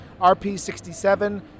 RP67